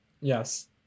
Yes